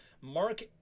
Mark